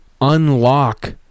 unlock